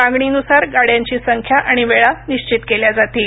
मागणी नुसार गाड्यांची संख्या आणि वेळा निश्चित केल्या जातील